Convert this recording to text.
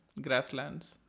grasslands